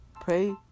Pray